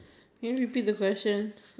other other questions